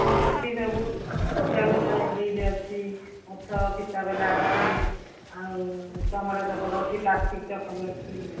ହଁ ଅଛି ସବୁ ଉଞ୍ଚା ଉଞ୍ଚା ହିଲ୍ ଅଛି ପଛ ଫିତାବାଲା ଅଛି ଆଉ ଚମଡ଼ା ଚପଲ ଅଛି ପ୍ଲାଷ୍ଟିକ୍ ଚପଲ ଅଛି